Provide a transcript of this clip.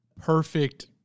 perfect